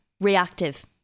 reactive